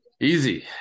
Easy